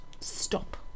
stop